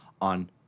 on